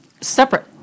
separate